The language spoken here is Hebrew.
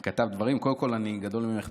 קודם כול אני גדול ממך בשנה ויומיים.